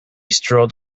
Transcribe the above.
strolled